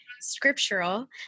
scriptural